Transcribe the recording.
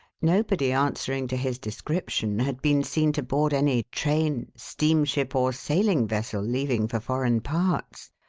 nobody answering to his description had been seen to board any train, steamship, or sailing-vessel leaving for foreign parts,